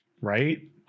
Right